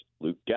Luke